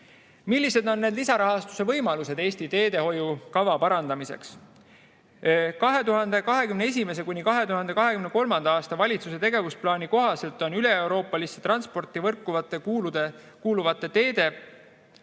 Millised on lisarahastuse võimalused Eesti teehoiukava parandamiseks? 2021.–2023. aasta valitsuse tegevusplaani kohaselt on üleeuroopalisse transpordivõrku kuuluvate teede puhul